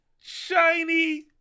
shiny